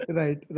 right